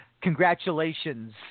congratulations